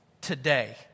today